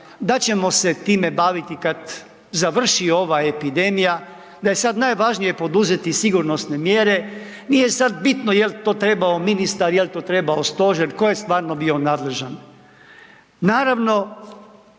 da ćemo se time baviti kada završi ova epidemija, da je sada najvažnije poduzeti sigurnosne mjere. Nije sada bitno jel to trebao ministar, jel to trebao stožer, tko je stvarno bio nadležan.